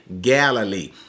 Galilee